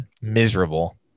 Miserable